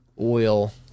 oil